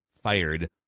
fired